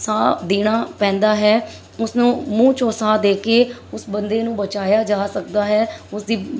ਸਾਹ ਦੇਣਾ ਪੈਂਦਾ ਹੈ ਉਸਨੂੰ ਮੂੰਹ 'ਚੋਂ ਸਾਹ ਦੇ ਕੇ ਉਸ ਬੰਦੇ ਨੂੰ ਬਚਾਇਆ ਜਾ ਸਕਦਾ ਹੈ ਉਸਦੀ